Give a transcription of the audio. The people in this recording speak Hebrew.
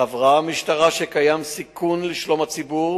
סברה המשטרה שקיים סיכון לשלום הציבור